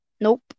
Nope